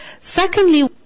Secondly